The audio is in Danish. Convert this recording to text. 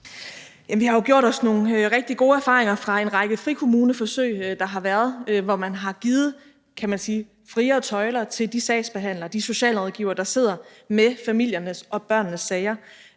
Vi har jo gjort os nogle rigtig gode erfaringer fra en række frikommuneforsøg, der har været, hvor man – kan man sige – har givet friere tøjler til de sagsbehandlere og de socialrådgivere, der sidder med familiernes og børnene sager,